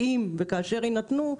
אם וכאשר יינתנו,